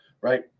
Right